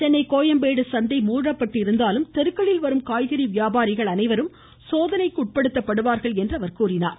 சென்னை கோயம்பேடு சந்தை மூடப்பட்டிருந்தாலும் தெருக்களில் வரும் காய்கறி வியபாரிகள் அனைவரும் சோதனைக்குட்படுத்தப்படுவார்கள் என்றார்